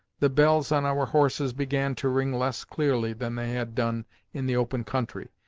the bells on our horses began to ring less clearly than they had done in the open country,